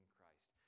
Christ